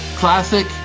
Classic